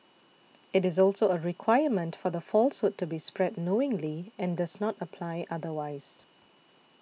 it is also a requirement for the falsehood to be spread knowingly and does not apply otherwise